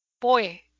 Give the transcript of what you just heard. Boy